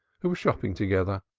who were shopping together,